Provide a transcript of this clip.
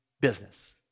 business